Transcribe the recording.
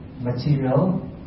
Material